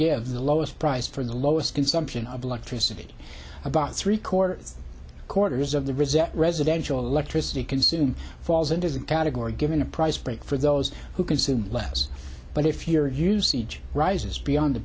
give the lowest price for the lowest consumption of electricity about three quarter corners of the resent residential electricity consume falls into the category given a price break for those who consume less but if your usage rises beyond the